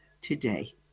today